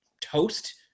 toast